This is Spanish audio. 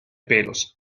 pelos